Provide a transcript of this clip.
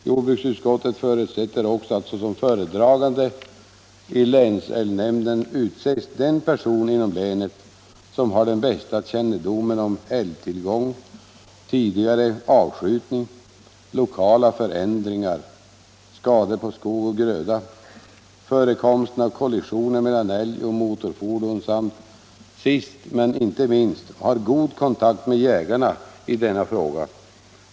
Jordbruksutskottet förutsätter också att såsom föredragande i länsälgnämnden utses den person inom länet som har den bästa kännedomen om älgtillgång, tidigare avskjutning, lokala förändringar, skador på skog och gröda, förekomsten av kollisioner mellan älg och motorfordon samt — sist men inte minst — har god kontakt med jägarna i denna fråga.